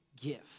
gift